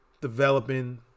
developing